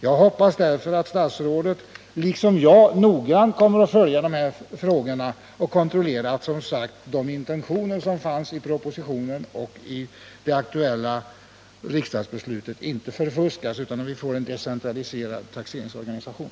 Jag hoppas därför att statsrådet liksom jag noggrant kommer att följa dessa frågor och som sagt kontrollera att de intentioner som fanns i propositionen och i det aktuella riksdagsbeslutet inte förfuskas utan att vi får en decentraliserad taxeringsorganisation.